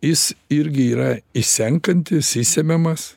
jis irgi yra išsenkantis išsemiamas